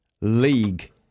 League